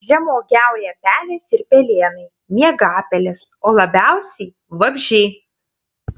žemuogiauja pelės ir pelėnai miegapelės o labiausiai vabzdžiai